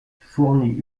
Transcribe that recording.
fournit